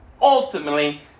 ultimately